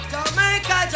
Jamaica